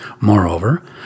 Moreover